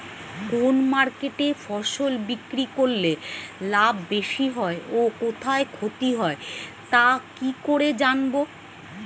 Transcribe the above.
কোন মার্কেটে ফসল বিক্রি করলে লাভ বেশি হয় ও কোথায় ক্ষতি হয় তা কি করে জানবো?